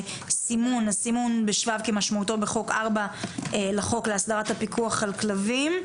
סימון - הסימון בשבב כמשמעותו בסעיף 4 לחוק להסדרת הפיקוח על כלבים.